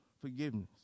forgiveness